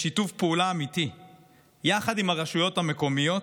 בשיתוף פעולה אמיתי יחד עם הרשויות המקומיות,